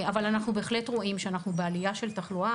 אבל אנחנו בהחלט רואים שאנחנו בעלייה של התחלואה.